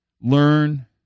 learn